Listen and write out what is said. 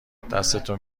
دستتو